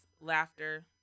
laughter